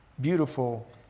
beautiful